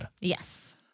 Yes